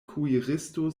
kuiristo